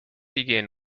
begin